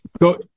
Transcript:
Go